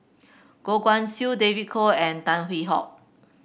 Goh Guan Siew David Kwo and Tan Hwee Hock